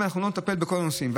אם אנחנו לא נטפל בכל הנושאים,